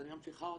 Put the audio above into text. ואני ממשיכה אותך,